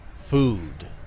Food